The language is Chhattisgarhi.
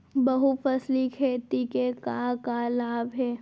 बहुफसली खेती के का का लाभ हे?